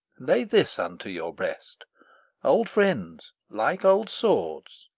lay this unto your breast old friends, like old swords,